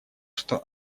что